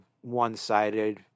one-sided